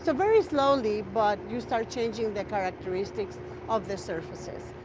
so very slowly, but you start changing the characteristics of the surfaces.